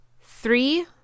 three